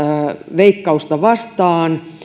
veikkausta vastaan